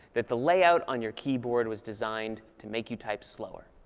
that the layout on your keyboard was designed to make you type slower.